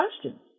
questions